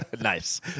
nice